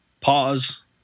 pause